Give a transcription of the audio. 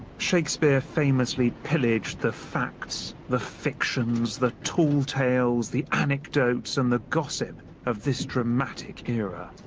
shakespeare famously pillaged the facts, the fictions, the tall tales, the anecdotes, and the gossip of this dramatic era.